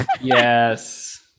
Yes